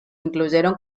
incluyeron